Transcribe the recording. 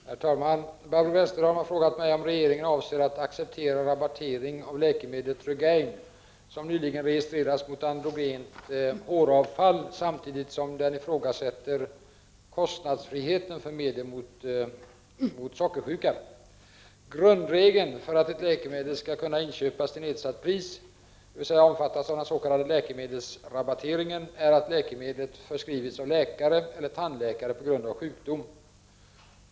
Herr talman! Barbro Westerholm har frågat mig om regeringen avser att acceptera rabattering av läkemedlet ”Regaine”, som nyligen registrerats mot androgent håravfall, samtidigt som man ifrågasätter kostnadsfriheten för medel mot sockersjuka. Grundregeln för att ett läkemedel skall kunna inköpas till nedsatt pris, dvs. omfattas av den s.k. läkemedelsrabatteringen, är att läkemedlet förskrivits av läkare eller tandläkare på grund av sjukdom.